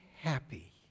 happy